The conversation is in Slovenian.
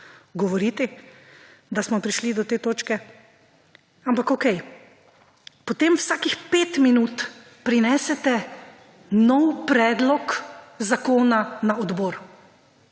govoriti, da smo prišli do te točke, ampak okej. Potem vsakih pet minut prinesete nov predlog zakona na odbor.